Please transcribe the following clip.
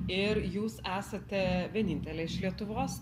ir jūs esate vienintelė iš lietuvos